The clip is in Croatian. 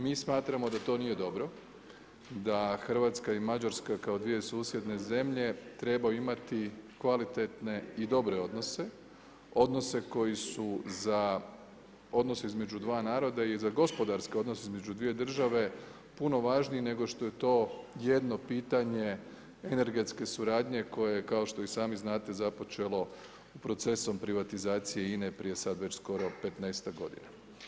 Mi smatramo da to nije dobro, da Hrvatska i Mađarska kao dvije susjedne zemlje trebaju imati kvalitetne i dobre odnose, odnose koji su za, odnos između dva naroda i za gospodarski odnos između dvije države puno važniji nego što je to jedno pitanje energetske suradnje koja je kao što i sami znate započelo procesom privatizacije INA-e prije sad već skoro 15-ak godina.